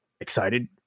excited